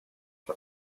for